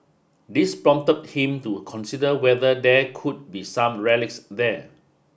this prompted him to consider whether there could be some relics there